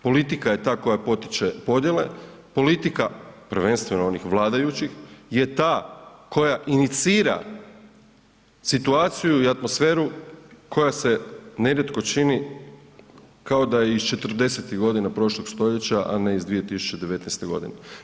Politika je ta koja potiče podjele, politika, prvenstveno onih vladajućih, je ta koja inicira situaciju i atmosferu koja se nerijetko čini kao da je iz '40.-tih godina prošlog stoljeća a ne iz 2019. godine.